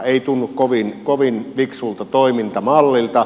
ei tunnu kovin fiksulta toimintamallilta